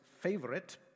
favorite